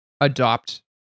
adopt